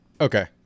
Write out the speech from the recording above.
Okay